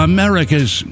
America's